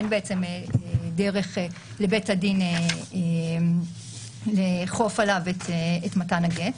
אין בעצם דרך לבית הדין לאכוף עליו את מתן הגט.